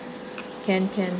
can can